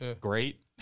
great